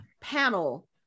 panel